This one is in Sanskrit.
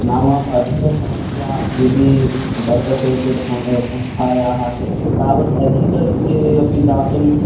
नाम अधिकसमस्या यदि वर्तते चेत् स्म् संस्थायाः तावत् अधिकं इति अपि दातुं